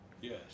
Yes